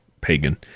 pagan